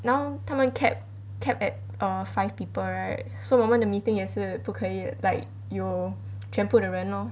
now 他们 cap cap at err five people right so 我们的 meeting 也是不可以 like 有全部的人 lor